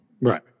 Right